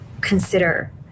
consider